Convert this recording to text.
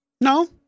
No